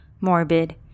morbid